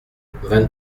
vingt